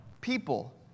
people